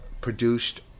produced